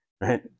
right